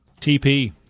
TP